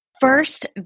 First